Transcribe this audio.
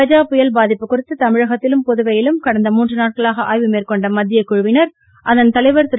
கஜா புயல் பாதிப்பு குறித்து தமிழகத்திலும் புதுவையிலும் கடந்த மூன்று நாட்களாக ஆய்வு மேற்கொண்ட மத்திய குழுவினர் அதன் தலைவர் திரு